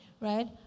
Right